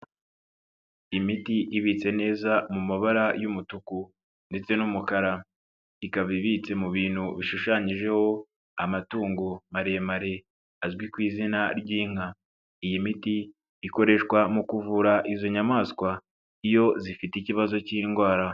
Imiti ibitse neza mu mabara y'umutuku ndetse n'umukara, ikaba ibitse mu bintu bishushanyijeho amatungo maremare azwi ku izina ry'inka. Iyi miti ikoreshwa mu kuvura izo nyamaswa, iyo zifite ikibazo k'indwara.